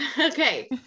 okay